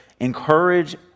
encourage